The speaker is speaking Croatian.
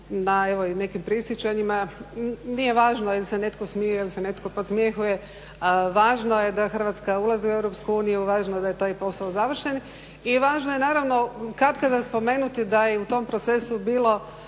i nekim prisjećanjima. Nije važno je li se netko smije ili se netko podsmjehuje, važno je da Hrvatska ulazi u EU, važno je da je taj posao završen. I važno je naravno katkada spomenuti da je u tom procesu bilo